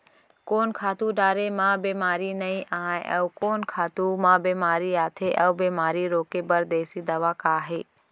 कोन खातू डारे म बेमारी नई आये, अऊ कोन खातू म बेमारी आथे अऊ बेमारी रोके बर देसी दवा का हे?